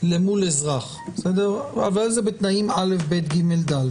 מול אזרח, אבל זה בתנאים א', ב', ג', ד',